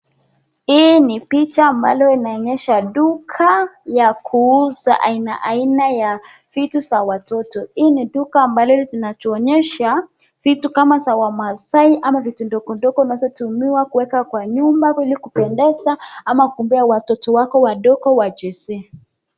Hii ni picha ambalo inaonyesha duka ya kuuza aina aina ya vitu za watoto. Hii ni duka ambalo linatuonesha vitu kama za wamasaai ama vitu ndogo ndogo nazotumiwa kuweka kwa nyumba ili kupendeza ama kupea watoto wako wadogo wachezee.